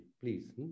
please